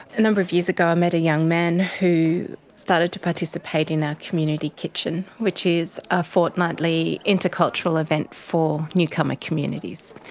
a number of years ago i met a young man who started to participate in our community kitchen, which is a fortnightly intercultural event for a newcomer communities.